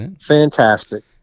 Fantastic